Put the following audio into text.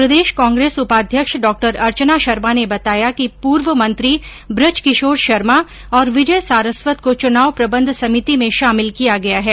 प्रदेश कांग्रेस उपाध्यक्ष डॉ अर्चना शर्मा ने बताया कि पूर्व मंत्री बृजकिशोर शर्मा और विजय सारस्वत को चुनाव प्रबन्ध समिति में शामिल किया गया है